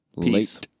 Peace